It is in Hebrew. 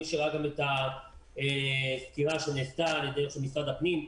מי שראה את הסקירה שנעשתה על ידי משרד הפנים,